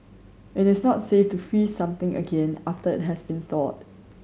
it is not safe to freeze something again after it has been thawed